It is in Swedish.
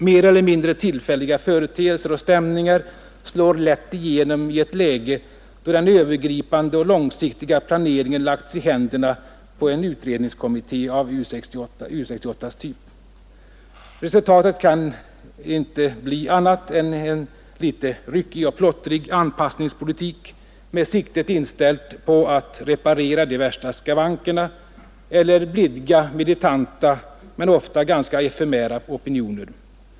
Mer eller mindre tillfälliga företeelser och stämningar slår lätt igenom i ett läge där den övergripande och långsiktiga planeringen lagts i händerna på en utredningskommitté av U 68:s typ. Resultatet kan inte bli annat än en liten ryckig och plottrig anpassningspolitik med siktet inställt på att reparera de värsta skavankerna eller blidka militanta men ofta ganska efemära opinioner.